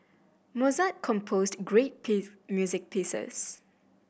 Mozart composed great music pieces